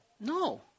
No